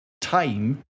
time